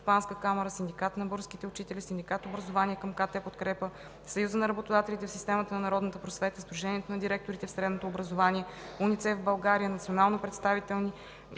стопанска камара, Синдиката на българските учители, Синдикат „Образование” към КТ „Подкрепа”, Съюза на работодателите в системата на народната просвета, Сдружението на директорите в средното образование, УНИЦЕФ – България, национално представителни